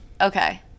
okay